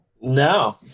No